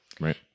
right